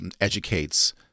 educates